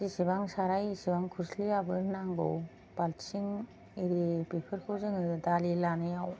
जेसेबां साराय एसेबां खोरस्लिआबो नांगौ बालथिं एरि बेफोरखौ जोङो दालि लानायाव